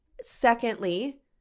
Secondly